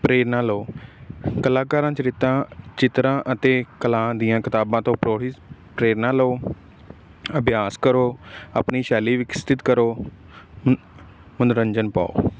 ਪ੍ਰੇਰਨਾ ਲਓ ਕਲਾਕਾਰਾਂ 'ਚ ਰੇਤਾ ਚਿੱਤਰਾਂ ਅਤੇ ਕਲਾਂ ਦੀਆਂ ਕਿਤਾਬਾਂ ਤੋਂ ਪਰੋੜੀ ਪ੍ਰੇਰਨਾ ਲਓ ਅਭਿਆਸ ਕਰੋ ਆਪਣੀ ਸ਼ੈਲੀ ਵਿਕਸਿਤ ਕਰੋ ਮਨੋਰੰਜਨ ਪਾਓ